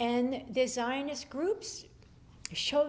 and design is groups show